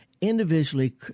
individually